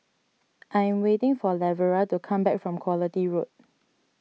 I am waiting for Lavera to come back from Quality Road